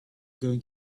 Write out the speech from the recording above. going